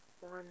One